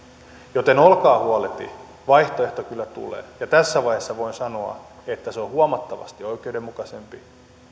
joten olkaa huolehti vaihtoehto kyllä tulee ja tässä vaiheessa voin sanoa että se on huomattavasti oikeudenmukaisempi